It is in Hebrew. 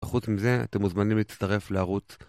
חוץ מזה, אתם מוזמנים להצטרף לערוץ